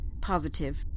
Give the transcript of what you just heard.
Positive